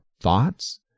thoughts